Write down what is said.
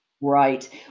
Right